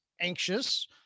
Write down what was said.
anxious